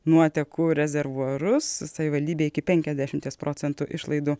nuotekų rezervuarus savivaldybė iki penkiasdešimies procentų išlaidų